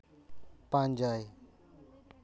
ᱯᱟᱸᱡᱟᱭ